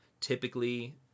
Typically